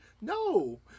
No